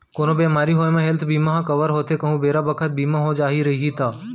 कोनो बेमारी होये म हेल्थ बीमा ह कव्हर होथे कहूं बेरा बखत बीमा हो जाही रइही ता